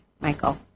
Michael